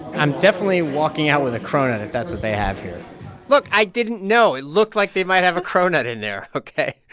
i'm definitely walking out with a cronut if that's what they have here look. i didn't know. it looked like they might have a cronut in there, ok?